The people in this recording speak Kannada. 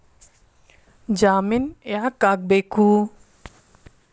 ಜಾಮಿನ್ ಯಾಕ್ ಆಗ್ಬೇಕು?